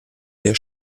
der